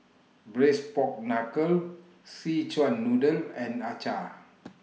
Braised Pork Knuckle Szechuan Noodle and Acar